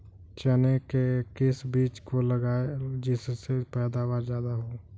चने के किस बीज को लगाएँ जिससे पैदावार ज्यादा हो?